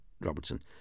Robertson